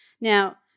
Now